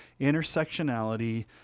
intersectionality